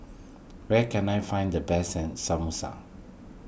where can I find the best Samosa